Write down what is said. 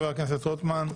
חבר הכנסת רוטמן,